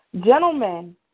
gentlemen